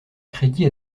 crédit